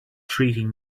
treating